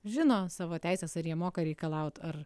žino savo teises ar jie moka reikalaut ar